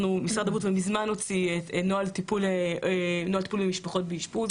משרד הבריאות כבר מזמן הוציא נוהל טיפול במשפחות באשפוז.